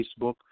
Facebook